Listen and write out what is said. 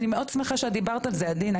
אני מאוד שמחה שאת דיברת על זה עדינה,